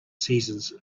seasons